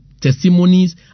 testimonies